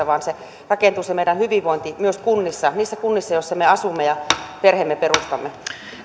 vaan se meidän hyvinvointi rakentuu myös niissä kunnissa joissa me asumme ja perheemme perustamme